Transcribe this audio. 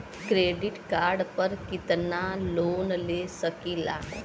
Credit card पर कितनालोन ले सकीला?